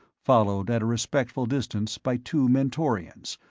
followed at a respectful distance by two mentorians,